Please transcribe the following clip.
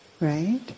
right